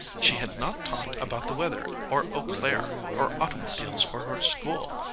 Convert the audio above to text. she had not talked about the weather or eau claire or automobiles or her school,